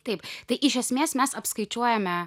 taip tai iš esmės mes apskaičiuojame